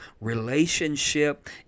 relationship